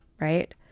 right